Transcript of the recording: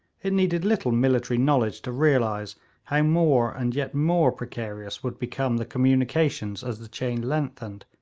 it needed little military knowledge to realise how more and yet more precarious would become the communications as the chain lengthened,